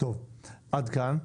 טוב עד כאן.